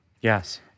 Yes